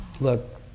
look